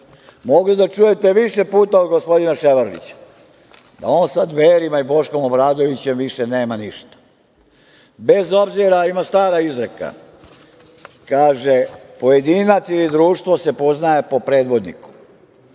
mogli da čujete više puta od gospodina Ševarlića, da on sa Dverima i Boškom Obradovićem više nema ništa. Bez obzira, ima stara izreka, kaže – pojedinac ili društvo se poznaje po predvodniku.